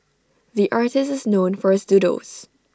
the artist is known for his doodles